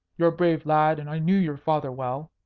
you're a brave lad, and i knew your father well.